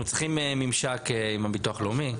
אנחנו צריכים ממשק עם הביטוח הלאומי.